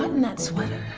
in that sweater?